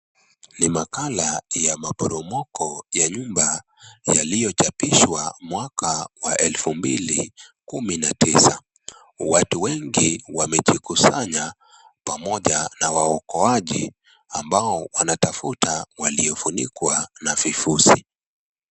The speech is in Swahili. Ni makala ya maporomoko ya nyumba yaliyo chapishwa mwaka elfu mbili kumi na tisa. Watu wengi wamejikusanya pamoja na waokoaji ambao wanatafuta waliofunikwa na vifuzi.